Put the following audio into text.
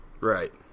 right